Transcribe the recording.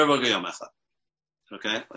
Okay